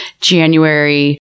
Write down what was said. January